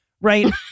right